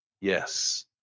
Yes